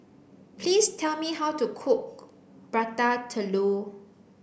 please tell me how to cook Prata Telur